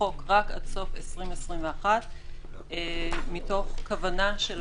רק עד סוף 2021 זה מתוך כוונה של הממשלה,